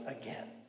again